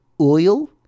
oil